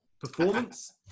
performance